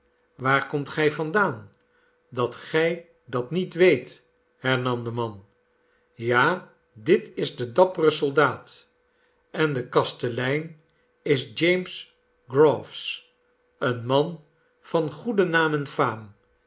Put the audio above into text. waar komt gij vandaan dat gij dat niet weet hernam de man ja dit is de dappere soldaat en de kastelein is james groves een man van goeden naam en faam